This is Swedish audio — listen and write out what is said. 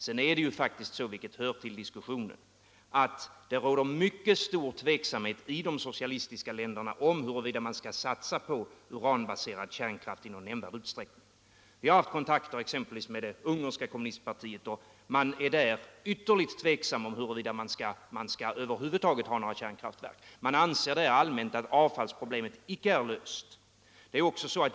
Sedan är det ju faktiskt så — vilket hör till debatten — att i de socialistiska länderna råder mycket stor tveksamhet om huruvida man skall satsa på uranbaserad kärnkraft i någon nämnvärd utsträckning. Vi har haft kontakter med exempelvis det ungerska kommunistpartiet. Man är där ytterligt tveksam till huruvida man över huvud taget skall ha några kärnkraftverk. Man anser allmänt att avfallsproblemet icke är löst.